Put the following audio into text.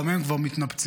גם הם כבר מתנפצים,